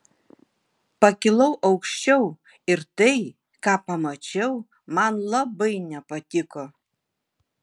pakilau aukščiau ir tai ką pamačiau man labai nepatiko